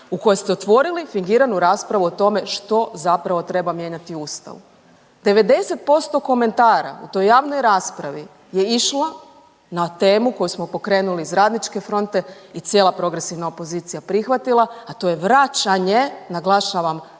u kojoj ste otvorili fingiranu raspravu o tome što zapravo treba mijenjati u ustavu. 90% komentara u toj javnoj raspravi je išlo na temu koju smo pokrenuli iz Radničke fronte i cijela progresivna opozicija prihvatila, a to je vraćanje, naglašavam